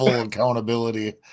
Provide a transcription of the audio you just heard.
accountability